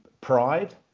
pride